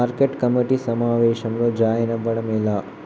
Market committee సమావేశంలో join అవ్వడం ఎలా?